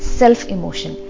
self-emotion